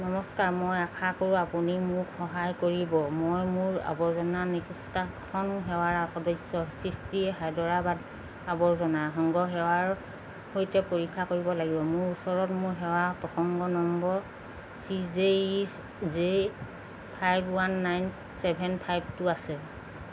নমস্কাৰ মই আশা কৰো আপুনি মোক সহায় কৰিব মই মোৰ আৱৰ্জনা নিষ্কাশন সেৱাৰ সদস্য সৃষ্টিয়ে হায়দৰাবাদ আৱৰ্জনা সংগ সেৱাৰ সৈতে পৰীক্ষা কৰিব লাগিব মোৰ ওচৰত সেৱা প্ৰসংগ number C J E J five one nine seven five two আছে